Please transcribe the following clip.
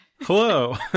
Hello